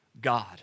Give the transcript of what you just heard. God